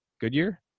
Goodyear